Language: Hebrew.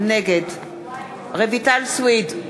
נגד רויטל סויד,